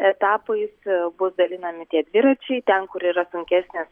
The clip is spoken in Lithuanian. etapais bus dalinami tie dviračiai ten kur yra sunkesnės